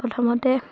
প্ৰথমতে